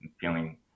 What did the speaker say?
feeling